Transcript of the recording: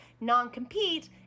non-compete